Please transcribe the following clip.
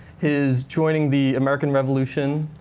his joining the american revolution,